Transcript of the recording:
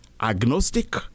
agnostic